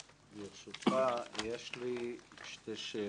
ברשותך, יש לי שלוש שאלות.